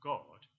God